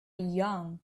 young